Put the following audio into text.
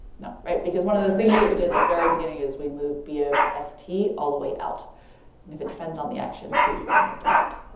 no. right. because one of the things that we did at the very beginning is we moved b of s t all the way out. and if it depended on the action too, we couldn't have done that.